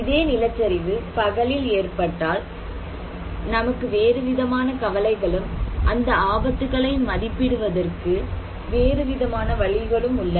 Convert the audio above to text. இதே நிலச்சரிவு பகலில் ஏற்பட்டால் நமக்கு வேறுவிதமான கவலைகளும் அந்த ஆபத்துக்களை மதிப்பிடுவதற்கு வேறுவிதமான வழிகளும் உள்ளன